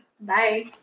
bye